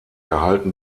erhalten